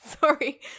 Sorry